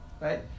Right